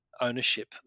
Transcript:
ownership